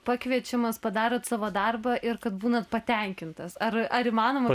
pakviečiamas padarot savo darbą ir kad būnat patenkintas ar ar įmanoma